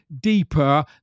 deeper